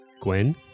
Gwen